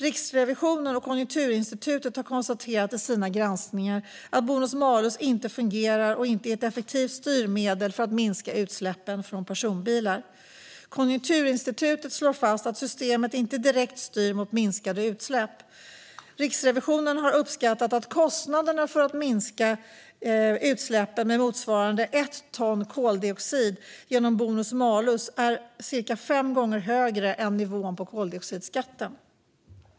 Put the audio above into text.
Riksrevisionen och Konjunkturinstitutet har konstaterat i sina granskningar att bonus-malus inte fungerar och inte är ett effektivt styrmedel för att minska utsläppen från personbilar. Konjunkturinstitutet slår fast att systemet inte direkt styr mot minskade utsläpp. Riksrevisionen har uppskattat att kostnaderna för att minska utsläppen med motsvarande 1 ton koldioxid genom bonus-malus är cirka fem gånger högre än nivån på koldioxidskatten.